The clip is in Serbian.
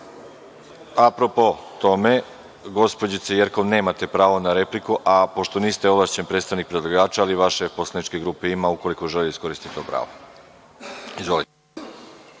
tome, gospođice Jerkov nemate pravo na repliku, a pošto niste ovlašćen predstavnik predlagača ali vaša poslanička grupa ima ukoliko želi da iskoristi to pravo. Izvolite.